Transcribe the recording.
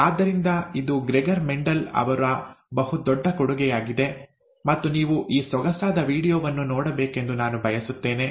ಆದ್ದರಿಂದ ಇದು Gregor Mendel ಅವರ ಬಹು ದೊಡ್ಡ ಕೊಡುಗೆಯಾಗಿದೆ ಮತ್ತು ನೀವು ಈ ಸೊಗಸಾದ ವೀಡಿಯೊವನ್ನು ನೋಡಬೇಕೆಂದು ನಾನು ಬಯಸುತ್ತೇನೆ